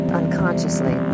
unconsciously